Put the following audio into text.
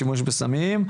שימוש בסמים,